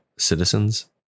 citizens